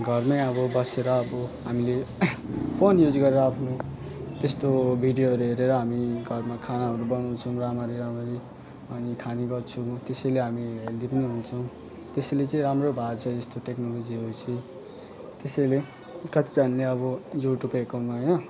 घरमै अब बसेर अब हामीले फोन युज गरेर आफ्नो त्यस्तो भिडियोहरू हेरेर हामी घरमा खानाहरू बनाउँछौँ राम्ररी राम्ररी अनि खाने गर्छु त्यसैले हामी हेल्दी पनि हुन्छौँ त्यसैले चाहिँ राम्रो भएको छ यस्तो टेक्नोलोजीहरू चाहिँ त्यसैले कतिजनाले अब युट्युब एकाउन्टमा होइन